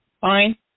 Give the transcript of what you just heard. Fine